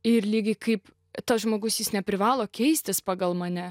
ir lygiai kaip tas žmogus jis neprivalo keistis pagal mane